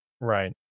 Right